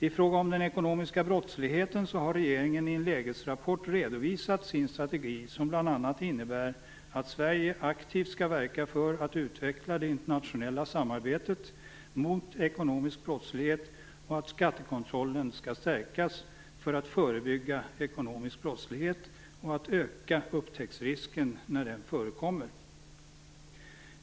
I fråga om den ekonomiska brottsligheten har regeringen i en lägesrapport redovisat sin strategi, som bl.a. innebär att Sverige aktivt skall verka för att utveckla det internationella samarbetet mot ekonomisk brottslighet och att skattekontrollen skall stärkas för att förebygga ekonomisk brottslighet och öka upptäcktsrisken när den förekommer.